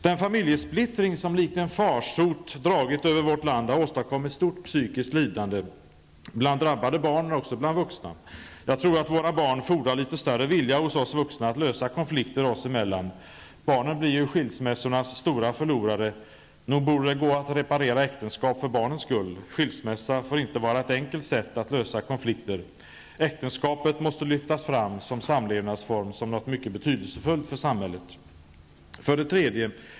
Den familjesplittring som likt en farsot dragit över vårt land har åstadkommit stort psykiskt lidande bland drabbade barn men också bland vuxna. Jag tror att våra barn fordrar litet större vilja hos oss vuxna att lösa konflikter oss emellan. Barnen blir ju skilsmässornas stora förlorare. Nog borde det gå att reparera äktenskap för barnens skull. Skilsmässa får inte vara ett enkelt sätt att lösa konflikter. Äktenskapet måste lyftas fram som samlevnadsform och som något betydelsefullt för samhället. Herr talman!